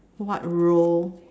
what role